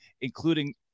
including